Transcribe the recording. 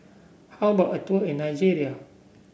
how about a tour in Nigeria